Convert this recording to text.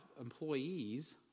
employees